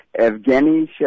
Evgeny